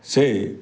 ସେ